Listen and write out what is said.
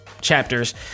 chapters